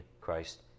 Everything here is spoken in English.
Christ